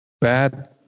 bad